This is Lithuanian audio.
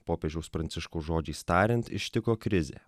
popiežiaus pranciškaus žodžiais tariant ištiko krizė